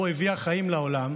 שבו הביאה חיים לעולם,